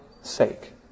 sake